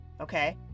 okay